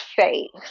faith